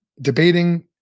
debating